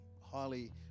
Highly